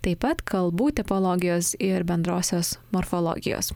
taip pat kalbų tipologijos ir bendrosios morfologijos